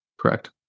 Correct